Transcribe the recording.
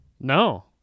No